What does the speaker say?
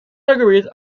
algorithms